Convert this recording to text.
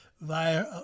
via